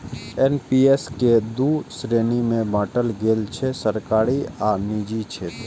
NPS कें दू श्रेणी मे बांटल गेल छै, सरकारी आ निजी क्षेत्र